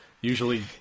Usually